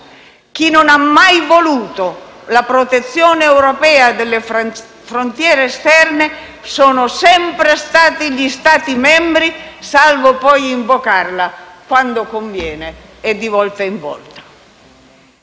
Chi non ha mai voluto la protezione europea delle frontiere esterne sono sempre stati gli Stati membri, salvo poi invocarla quando conviene e di volta in volta.